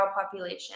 population